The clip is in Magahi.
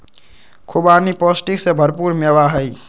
खुबानी पौष्टिक से भरपूर मेवा हई